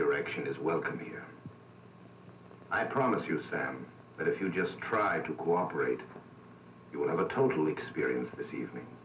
direction is welcome here i promise you sam that if you just tried to cooperate you would have a total experience this evening